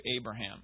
Abraham